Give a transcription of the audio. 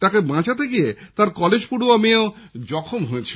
তাঁকে বাঁচাতে গিয়ে তাঁর কলেজ পড়ুয়া মেয়েও জখম হয়েছেন